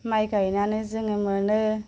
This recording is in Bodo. माइ गायनानै जोङो मोनो